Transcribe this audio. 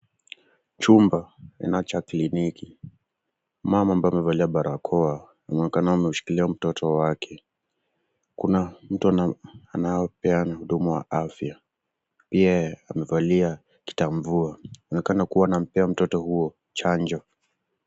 Chumba cha kliniki kinaonekana. Mama amevaa barakoa akiwa amemshikilia mtoto wake. Mtu wa afya, aliyebeba kitambua, anaonekana akimpa mtoto huyo chanjo.